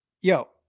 Yo